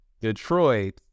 Detroit